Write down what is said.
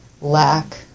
lack